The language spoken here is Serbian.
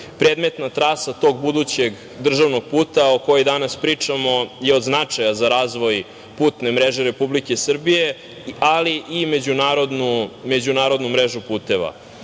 zaslužuju. Predmetna trasa tog budućeg državnog puta o kojoj danas pričamo je od značaja za razvoj putne mreže Republike Srbije, ali i međunarodnu mrežu puteva.